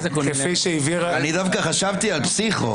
אני דווקא חשבתי על פסיכו.